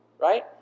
right